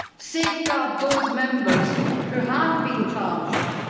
safe guard those members who have been charged.